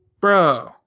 bro